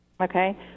Okay